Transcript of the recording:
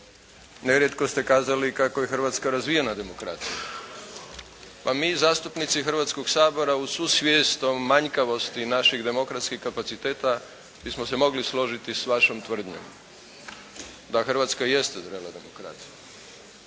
Nerijetko ste kazali kako je Hrvatska razvijena demokracija. Pa mi zastupnici Hrvatskoga sabora uz svu svijest o manjkavosti naših demokratskih kapaciteta mi smo se mogli složiti sa vašom tvrdnjom, da Hrvatska jest zrela demokracija.